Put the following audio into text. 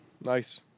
Nice